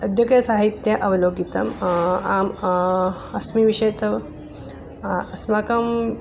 अद्य के साहित्यम् अवलोकितम् आम् अस्मिन् विषये तव अस्माकम्